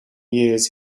years